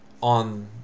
on